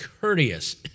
courteous